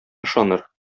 ышаныр